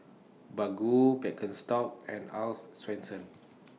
Baggu Birkenstock and Earl's Swensens